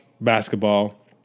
basketball